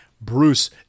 Bruce